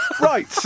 Right